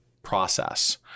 process